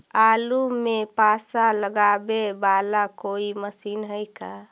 आलू मे पासा लगाबे बाला कोइ मशीन है का?